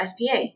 SPA